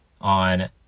on